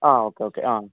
ആ okay okay ആ